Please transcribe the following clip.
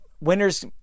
winners